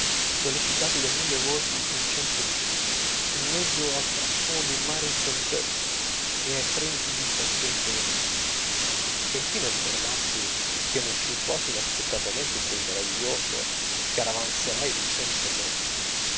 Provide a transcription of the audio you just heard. sollecitati da mille voci in cento lingue in mezzo al frastuono d'un mare in tempesta e ai fremiti d'impazienza del mondo e infine ricordarsi che ne uscì quasi inaspettatamente quel meraviglioso caravanserai di cento popoli